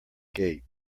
gate